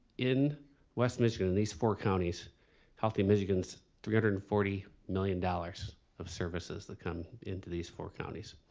in west michigan at least four counties healthy michigan's three hundred and forty million dollars of services that come into these four counties.